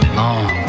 long